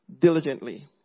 diligently